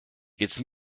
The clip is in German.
jetzt